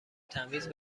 تمیز